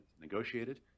negotiated